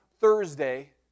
Thursday